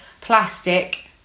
plastic